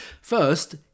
First